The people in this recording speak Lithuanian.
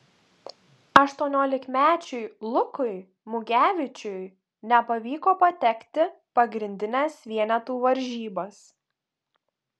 aštuoniolikmečiui lukui mugevičiui nepavyko patekti pagrindines vienetų varžybas